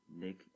Nick